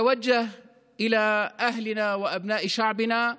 (אומר דברים בשפה הערבית,